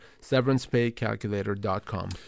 severancepaycalculator.com